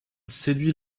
séduit